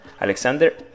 Alexander